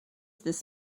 this